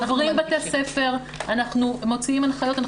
אנחנו עוברים בתי ספר, אנחנו מוציאים הנחיות.